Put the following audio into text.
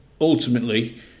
ultimately